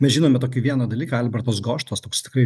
mes žinome tokį vieną dalyką albertas goštautas toks tikrai